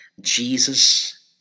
Jesus